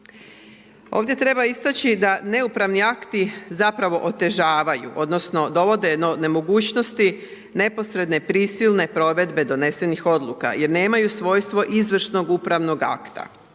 Ovdje treba istaći da neupravni akti zapravo otežavaju odnosno dovode do nemogućnosti neposredne, prisilne provedbe donesenih odluka jer nemaju svojstvo izvršnog upravnog akta.